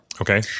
Okay